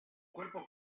cuerpo